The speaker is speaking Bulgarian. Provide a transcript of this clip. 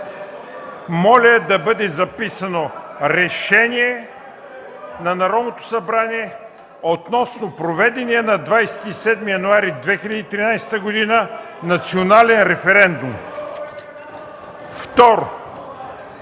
моля да бъде записано (реплики от КБ): „Решение на Народното събрание относно проведения на 27 януари 2013 г. национален референдум”.